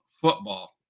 football